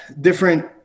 different